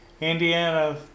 Indiana